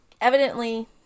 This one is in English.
Evidently